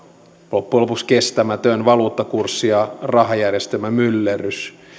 loppujen lopuksi kestämätön valuuttakurssi ja rahajärjestelmämyllerrys